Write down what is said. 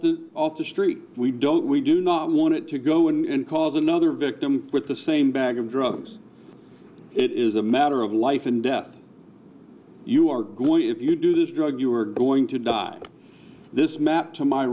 the off the street we don't we do not want to go and cause another victim with the same bag of drugs it is a matter of life and death you are going if you do this drug you are going to die this map to my